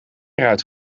eruit